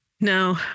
Now